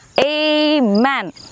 Amen